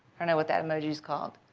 i don't know what that emoji is called.